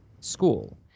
school